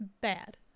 bad